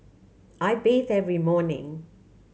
I bathe every morning